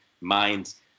minds